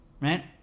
Right